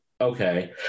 okay